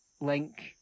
link